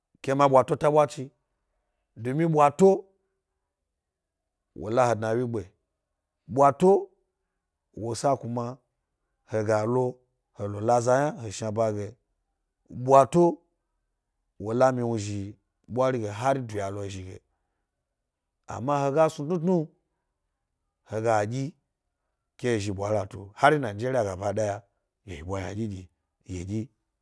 Ke ma ɓwato taɓwachi. Dumi ɓwato wo la he dna wyigbe, ɓwato, wo sa kuma he ga lo he la za yna he shnaba ge. ɓwato, wo la miwnu zhi ɓwari ge hari duya lo zhi ge, ama he ga snu tnutnu, he gadyi ke ezhi ɓwa latu har anigeria gaba ɗaya g iyi wa ynaɗyiɗyi.